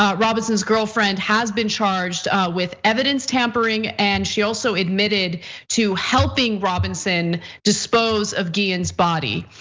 ah robinson's girlfriend has been charged with evidence tampering, and she also admitted to helping robinson dispose of guillen's body.